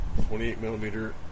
28-millimeter